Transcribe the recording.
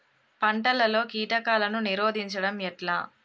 పంటలలో కీటకాలను నిరోధించడం ఎట్లా?